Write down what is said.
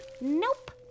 Nope